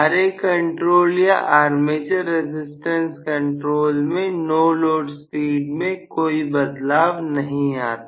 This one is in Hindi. Ra कंट्रोल या आर्मेचर रसिस्टेंस कंट्रोल में नो लोड स्पीड में कोई बदलाव नहीं आता